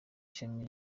ishami